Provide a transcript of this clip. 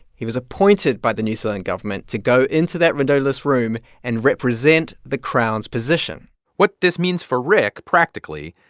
he was appointed by the new zealand government to go into that windowless room and represent the crown's position what this means for rick, practically,